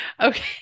Okay